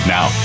Now